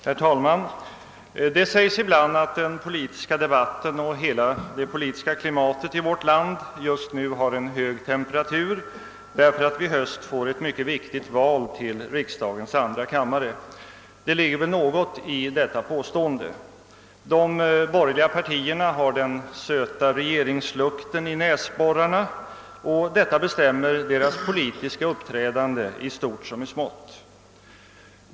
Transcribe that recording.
Herr talman! Det sägs ibland att den politiska debatten och hela det politiska klimatet i vårt land just nu har en hög temperatur därför att vi i höst får ett mycket viktigt val till riksdagens andra kammare. Det ligger väl något i detta påstående. De borgerliga partierna har den söta regeringslukten i näsborrarna, och detta bestämmer deras politiska uppträdande i stort som i smått.